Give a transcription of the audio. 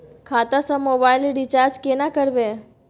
खाता स mobile recharge केना करबे?